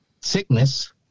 sickness